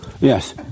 Yes